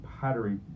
pottery